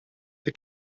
the